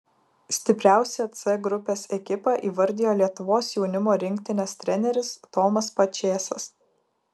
stipriausią c grupės ekipą įvardijo lietuvos jaunimo rinktinės treneris tomas pačėsas